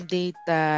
data